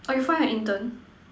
or you find an intern